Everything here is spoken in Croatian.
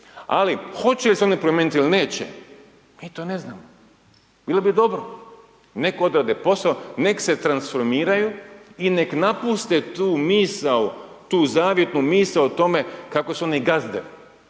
ali hoće li se oni promijeniti ili neće, mi to ne znamo, bilo bi dobro, neka odrade posao, nek' se transformiraju i nek' napuste tu misao, tu zavidnu misao o tome kako su oni gazde.